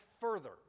further